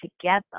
together